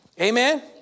Amen